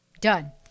Done